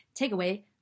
takeaway